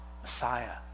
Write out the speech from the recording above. Messiah